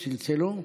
צלצלו?